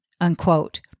unquote